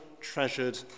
treasured